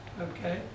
Okay